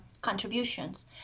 contributions